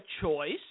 choice